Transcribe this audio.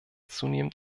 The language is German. zunehmend